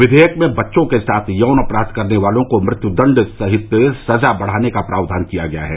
विधेयक में बच्चों के साथ यौन अपराध करने वालों को मृत्यू दण्ड सहित सजा बढ़ाने का प्रावधान किया गया है